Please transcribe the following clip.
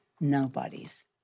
Nobody's